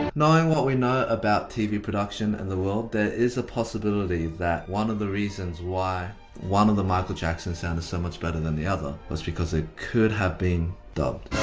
knowing what we know about tv production in and the world, there is a possibility that one of the reasons why one of the michael jackson's sounded so much better than the other was because they could have been dubbed.